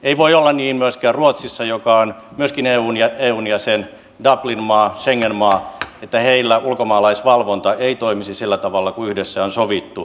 ei voi olla niin myöskään ruotsissa joka myöskin on eun jäsen dublin maa schengen maa että heillä ulkomaalaisvalvonta ei toimisi sillä tavalla kuin yhdessä on sovittu